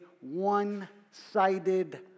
one-sided